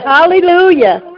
Hallelujah